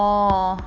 oh